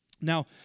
Now